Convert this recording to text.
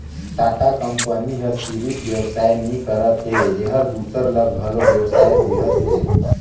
Tata company ह सिरिफ बेवसाय नी करत हे एहर दूसर ल घलो बेवसाय देहत हे